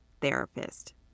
therapist